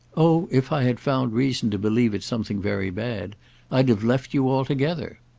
oh if i had found reason to believe it something very bad i'd have left you altogether.